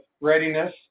readiness